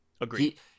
Agreed